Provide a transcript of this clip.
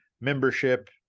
membership